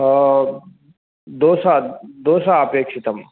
दोसा दोसा अपेक्षितम्